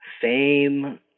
Fame